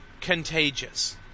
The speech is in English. contagious